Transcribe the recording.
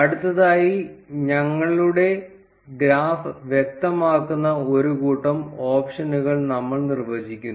അടുത്തതായി ഞങ്ങളുടെ ഗ്രാഫ് വ്യക്തമാക്കുന്ന ഒരു കൂട്ടം ഓപ്ഷനുകൾ നമ്മൾ നിർവ്വചിക്കുന്നു